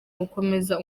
gukomeza